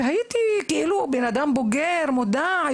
ואני בן אדם בוגר ומודע,